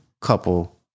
couple